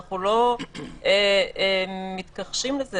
אנחנו לא מתכחשים לזה.